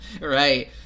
Right